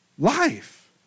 Life